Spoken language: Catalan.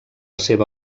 seva